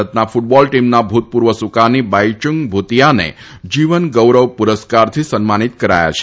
ભારતના ફટબોલ ટીમના ભૂતપૂર્વ સુકાની બાઈચુંગ ભુતિયાને જીવન ગૌરવ પુરસ્કારથી સન્માનિત કરાયા છે